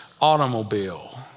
automobile